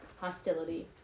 hostility